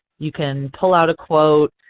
you can pull out a quote.